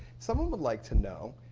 someone would like to know,